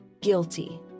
guilty